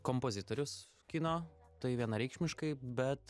kompozitorius kino tai vienareikšmiškai bet